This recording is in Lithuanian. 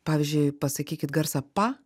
pavyzdžiui pasakykit garsą pa